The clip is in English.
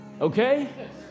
Okay